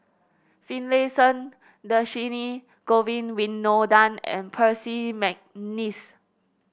Finlayson Dhershini Govin Winodan and Percy McNeice